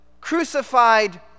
crucified